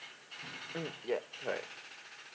mm yeah correct